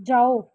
ਜਾਓ